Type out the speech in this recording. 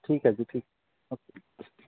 ਠੀਕ ਹੈ ਜੀ ਠੀਕ ਓਕੇ